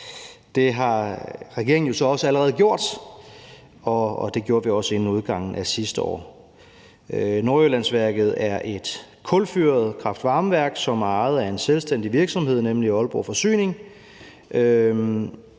Det har regeringen så også allerede gjort, og det gjorde vi også inden udgangen af sidste år. Nordjyllandsværket er et kulfyret kraft-varme-værk, som er ejet af en selvstændig virksomhed, nemlig Aalborg Forsyning,